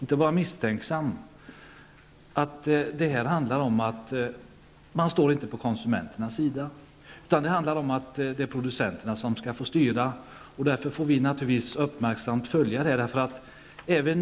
Regeringen står inte på konsumenternas sida, utan det är producenterna som skall styra. Därför får vi naturligtvis uppmärksamt följa den här frågan.